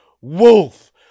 WOLF